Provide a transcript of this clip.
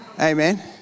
Amen